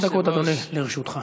חמש דקות, אדוני, לרשותך.